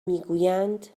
میگویند